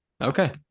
okay